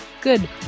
good